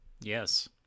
Yes